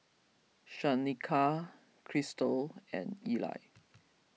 Shanika Christal and Eli